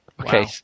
Okay